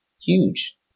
Huge